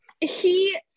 He-